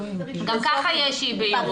גם ככה יש אי בהירות.